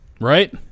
right